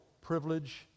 privilege